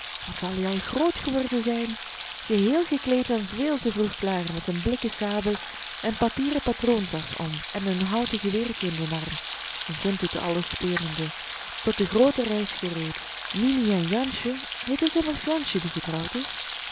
wat zal hij al groot geworden zijn geheel gekleed en veel te vroeg klaar met een blikken sabel en papieren patroontasch om en een houten geweertje in den arm een kind doet alles spelende tot de groote reis gereed mimi en jansje het is immers jansje die getrouwd is